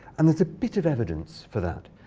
and there's a bit of evidence for that.